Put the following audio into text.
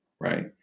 right